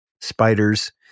Spiders